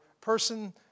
person